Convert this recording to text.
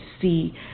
see